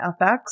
FX